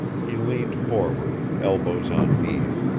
he leaned forward, elbows on knees,